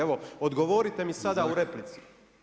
Evo, odgovorite mi sada u replici.